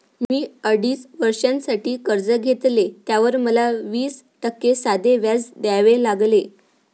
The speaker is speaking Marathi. मी अडीच वर्षांसाठी कर्ज घेतले, त्यावर मला वीस टक्के साधे व्याज द्यावे लागले